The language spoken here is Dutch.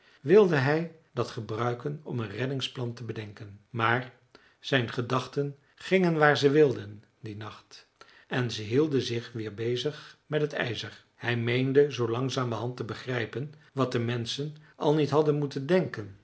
wilde hij dat gebruiken om een reddingsplan te bedenken maar zijn gedachten gingen waar ze wilden dien nacht en ze hielden zich weer bezig met het ijzer hij meende zoo langzamerhand te begrijpen wat de menschen al niet hadden moeten denken